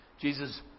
Jesus